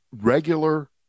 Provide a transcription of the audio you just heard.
regular